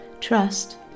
Trust